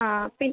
ആ പിൻ